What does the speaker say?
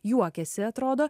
juokiasi atrodo